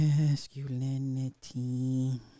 Masculinity